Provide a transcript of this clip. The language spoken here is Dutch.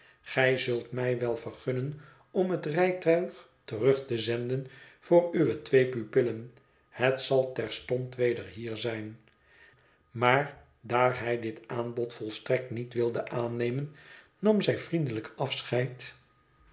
gij zult mij wel vergunnen om het rijtuig terug te zenden voor uwe twee pupillen het zal terstond weder hier zijn maar daar hij dit aanbod volstrekt niet wilde aannemen nam zij vriendelijk afscheid